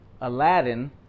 aladdin